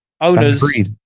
Owners